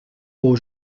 aux